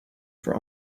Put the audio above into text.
for